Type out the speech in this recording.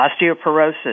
osteoporosis